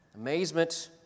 Amazement